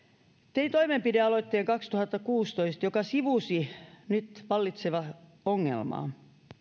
tein vuonna kaksituhattakuusitoista toimenpidealoitteen joka sivusi nyt vallitsevaa ongelmaa